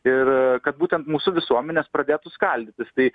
ir kad būtent mūsų visuomenės pradėtų skaldytis tai